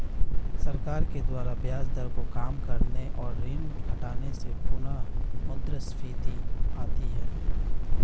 सरकार के द्वारा ब्याज दर को काम करने और ऋण घटाने से पुनःमुद्रस्फीति आती है